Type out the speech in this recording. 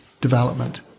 development